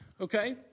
Okay